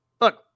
Look